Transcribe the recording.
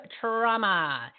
Trauma